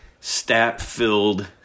stat-filled